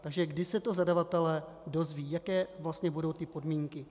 Takže kdy se to zadavatelé dozvědí, jaké vlastně budou ty podmínky?